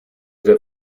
der